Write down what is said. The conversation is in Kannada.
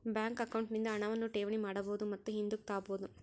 ಬ್ಯಾಂಕ್ ಅಕೌಂಟ್ ನಿಂದ ಹಣವನ್ನು ಠೇವಣಿ ಮಾಡಬಹುದು ಮತ್ತು ಹಿಂದುಕ್ ತಾಬೋದು